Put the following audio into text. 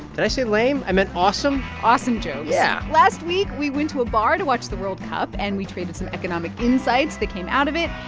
but i say lame? i meant awesome awesome jokes yeah last week, we went to a bar to watch the world cup, and we traded some economic insights that came out of it.